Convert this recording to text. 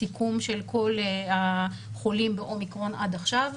סיכום של כל החולים באומיקרון עד עכשיו.